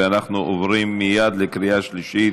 ואנחנו עוברים מייד לקריאה שלישית.